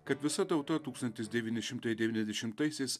kad visa tauta tūkstantis devyni šimtai devyniasdešimtaisiais